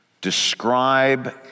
describe